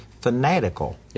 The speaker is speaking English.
fanatical